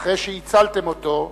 אחרי שהצלתם אותו,